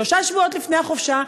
שלושה שבועות לפני החופשה,